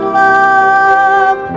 love